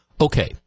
Okay